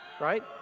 right